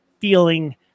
feeling